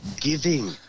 giving